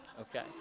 Okay